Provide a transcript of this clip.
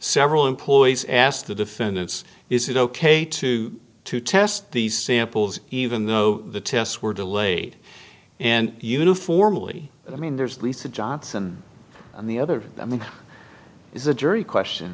several employees asked the defendants is it ok to to test these samples even though the tests were delayed and uniformly i mean there's lisa johnson on the other i mean is a jury question